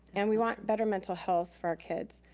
and we want better mental health for our kids.